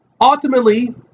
Ultimately